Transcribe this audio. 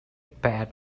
pat